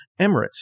Emirates